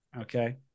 Okay